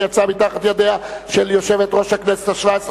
שיצאה מתחת ידיה של יושבת-ראש הכנסת השבע-עשרה,